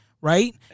right